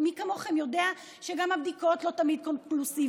מי כמוכם יודע שהבדיקות לא תמיד קונקלוסיביות,